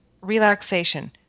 relaxation